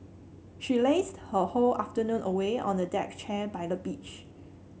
she lazed her whole afternoon away on a deck chair by the beach